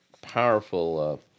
powerful